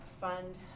fund